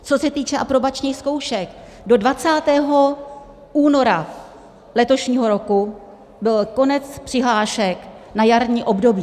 Co se týče aprobačních zkoušek, do 20. února letošního roku byl konec přihlášek na jarní období.